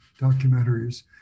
documentaries